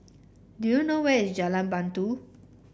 do you know where is Jalan Batu